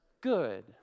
good